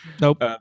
Nope